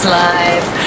life